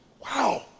Wow